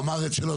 אמר את שלו.